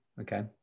okay